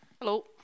Hello